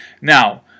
Now